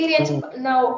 now